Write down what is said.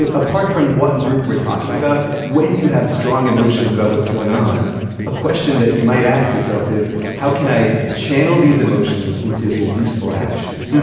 ah apart from what group we're talking about when you have strong emotions about what's going on a question that you might ask yourself is how can i channel these emotions into a useful action.